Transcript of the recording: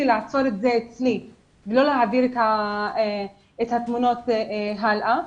לעצור את זה אצלי ולא להעביר את התמונות הלאה.